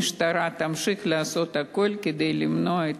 המשטרה תמשיך לעשות הכול כדי למנוע את